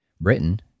Britain